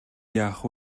яах